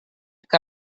que